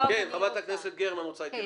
חברת הכנסת גרמן רוצה להתייחס.